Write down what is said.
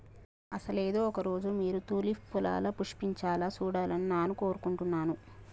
అసలు ఏదో ఒక రోజు మీరు మీ తూలిప్ పొలాలు పుష్పించాలా సూడాలని నాను కోరుకుంటున్నాను